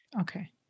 Okay